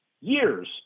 years